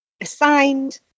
assigned